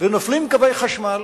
ונופלים קווי חשמל,